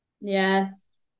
Yes